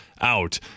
out